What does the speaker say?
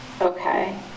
Okay